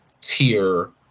tier